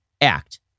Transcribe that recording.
act